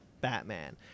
Batman